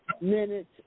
minutes